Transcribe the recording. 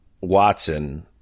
Watson